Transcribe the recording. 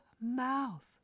mouth